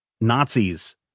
Nazis